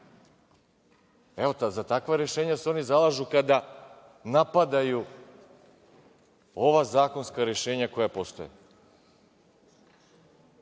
Za takva rešenja se oni zalažu kada napadaju ova zakonska rešenja koja postoje. Da